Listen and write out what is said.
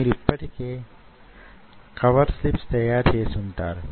మీరు ప్రధానంగా చేయవలసినదేమిటి